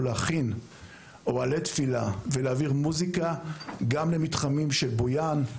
להכין אוהלי תפילה ולהעביר מוזיקה גם למתחמים של בויאן,